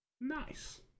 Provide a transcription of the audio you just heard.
Nice